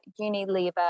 Unilever